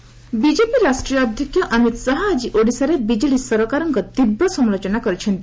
Amit Shah Puri BJP ରାଷ୍ଟ୍ରୀୟ ଅଧ୍ୟକ୍ଷ ଅମିତ୍ ଶାହା ଆଜି ଓଡ଼ିଶାରେ ବିଜେଡି ସରକାରଙ୍କ ତୀବ୍ର ସମାଲୋଚନା କରିଛନ୍ତି